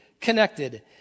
connected